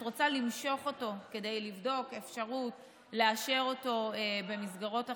את רוצה למשוך אותו כדי לבדוק אפשרות לאשר אותו במסגרות אחרות?